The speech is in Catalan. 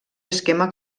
esquema